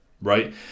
Right